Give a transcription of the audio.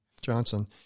Johnson